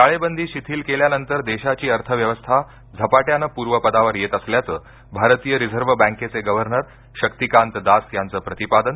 टाळेबंदी शिथील केल्यानंतर देशाची अर्थव्यवस्था झपाट्यानं पूर्वपदावर येत असल्याचं भारतीय रिझर्व बँकेचे गव्हर्नर शक्तीकांत दास यांचं प्रतिपादन